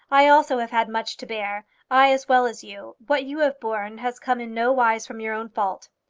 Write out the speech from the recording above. i also have had much to bear i, as well as you. what you have borne has come in no wise from your own fault.